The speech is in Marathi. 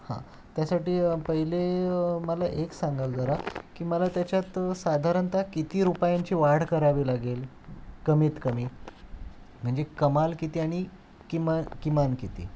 हां त्यासाठी पहिले मला एक सांगाल जरा की मला त्याच्यात साधारणतः किती रुपयांची वाढ करावी लागेल कमीत कमी म्हणजे कमाल किती आणि किमान किमान किती